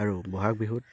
আৰু বহাগ বিহুত